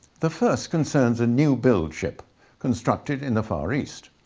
the first concerns a new-build ship constructed in the far east.